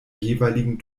jeweiligen